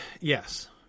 yes